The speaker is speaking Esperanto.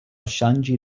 ŝanĝi